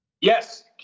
Yes